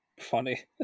funny